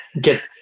get